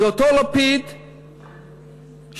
זה אותו לפיד שהוא,